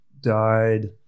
died